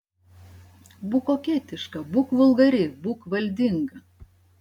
būk koketiška būk vulgari būk valdinga